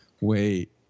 Wait